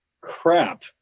crap